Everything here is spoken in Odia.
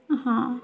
ହଁ